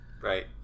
right